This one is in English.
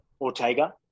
Ortega